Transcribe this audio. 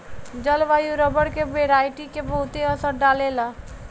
जलवायु रबर के वेराइटी के बहुते असर डाले ला